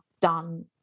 done